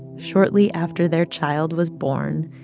shortly after their child was born,